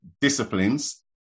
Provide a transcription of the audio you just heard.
disciplines